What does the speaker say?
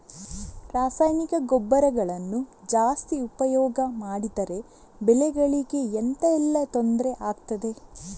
ರಾಸಾಯನಿಕ ಗೊಬ್ಬರಗಳನ್ನು ಜಾಸ್ತಿ ಉಪಯೋಗ ಮಾಡಿದರೆ ಬೆಳೆಗಳಿಗೆ ಎಂತ ಎಲ್ಲಾ ತೊಂದ್ರೆ ಆಗ್ತದೆ?